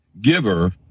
giver